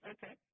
Okay